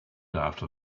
after